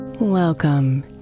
Welcome